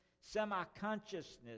semi-consciousness